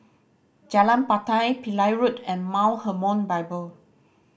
Jalan Batai Pillai Road and Mount Hermon Bible